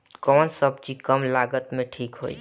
कौन सबजी कम लागत मे ठिक होई?